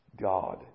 God